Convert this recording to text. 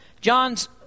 John's